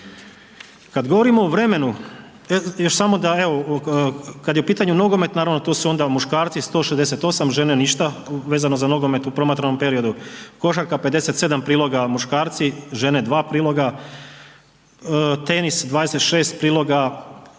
Kad govorimo o vremenu, još samo da evo kad je u pitanju nogomet naravno tu su onda muškarci 168, žene ništa vezano za nogomet u promatranom periodu, košarka 57 priloga muškarci, žene 2 priloga, tenis 26 priloga